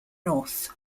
north